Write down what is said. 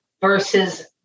versus